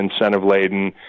incentive-laden